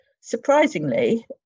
surprisingly